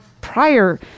prior